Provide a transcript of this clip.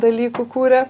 dalykų kuria